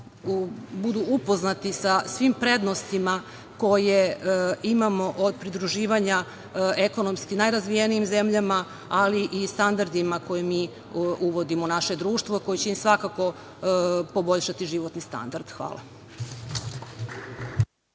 budu upoznati sa svim prednostima koje imamo od pridruživanja ekonomski najrazvijenijim zemljama, ali i standardima koje mi uvodimo u naše društvo, koji će nam svakako poboljšati životni standard. Hvala.